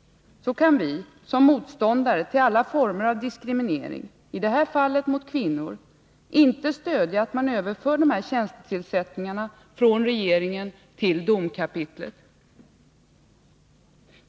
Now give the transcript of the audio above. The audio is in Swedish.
— kan vi, som är motståndare till alla former av diskriminering, i detta fall av kvinnor, inte stödja förslaget att överföra dessa tjänstetillsättningar från regeringen till domkapitlet.